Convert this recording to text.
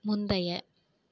முந்தைய